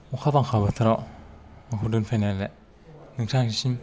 अखा बांखा बोथोराव आंखौ दोनफैनायनि थाखाय नोंथांनिसिम